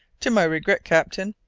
to my regret, captain,